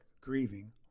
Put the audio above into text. Grieving